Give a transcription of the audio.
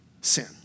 sin